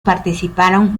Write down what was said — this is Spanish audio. participaron